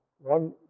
One